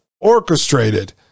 orchestrated